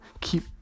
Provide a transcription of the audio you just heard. Keep